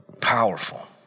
Powerful